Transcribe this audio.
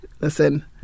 Listen